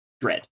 dread